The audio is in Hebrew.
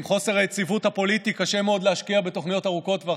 עם חוסר היציבות הפוליטי קשה מאוד להשקיע בתוכניות ארוכות טווח,